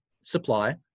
supply